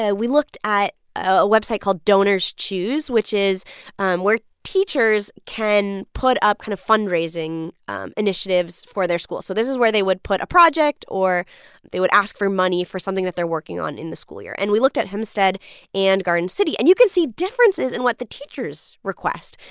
ah we looked at a website called donors choose, which is um where teachers can put up kind of fundraising um initiatives for their school. so this is where they would put a project, or they would ask for money for something that they're working on in the school year. and we looked at hempstead and garden city, and you can see differences in what the teachers request.